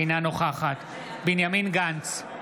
אינה נוכחת בנימין גנץ,